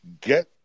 get